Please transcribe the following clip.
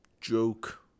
joke